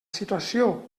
situació